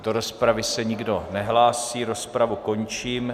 Do rozpravy se nikdo nehlásí, rozpravu končím.